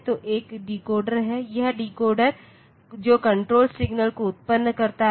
तो एक डिकोडर है यह डिकोडर जो कण्ट्रोल सिग्नल को उत्पन्न करता है